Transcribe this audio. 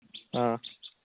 ꯑꯥ